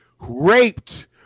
raped